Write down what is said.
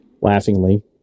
laughingly